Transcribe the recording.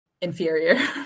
inferior